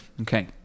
Okay